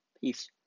Peace